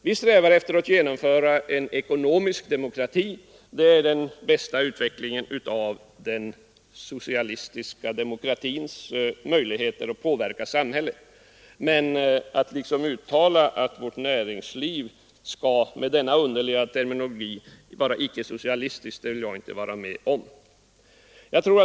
Vi strävar efter att genomföra en ekonomisk demokrati. Det är den bästa utvecklingen av den socialistiska demokratins möjligheter att påverka samhället. Men att med moderaternas underliga terminologi uttala att vårt näringsliv skall vara icke-socialistiskt, det vill jag inte vara med om.